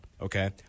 okay